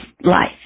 life